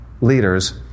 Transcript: leaders